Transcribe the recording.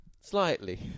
Slightly